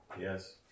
Yes